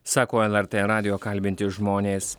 sako lrt radijo kalbinti žmonės